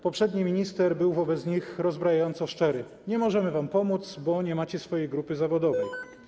Poprzedni minister był wobec nich rozbrajająco szczery: nie możemy wam pomóc, bo nie macie swojej grupy zawodowej.